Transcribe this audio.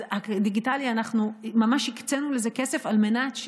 אנחנו ממש הקצינו כסף לדיגיטלי על מנת,